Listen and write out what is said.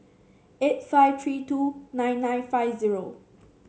eight five three two nine nine five zero